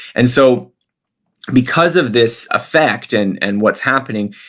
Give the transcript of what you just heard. and so because of this effect and and what's happening,